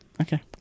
Okay